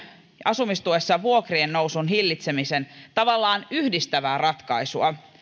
asumistuessa vuokrien nousun hillitsemistä tavallaan yhdistävää ratkaisua